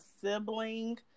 sibling